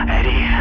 Eddie